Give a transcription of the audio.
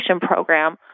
program